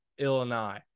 Illinois